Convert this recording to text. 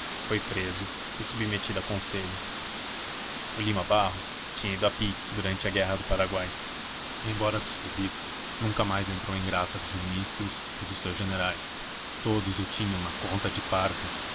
foi preso e submetido a conselho o lima barros tinha ido a pique durante a guerra do paraguai embora absolvido nunca mais entrou em graça dos ministros e dos seus generais todos o tinham na conta de parvo